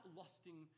lusting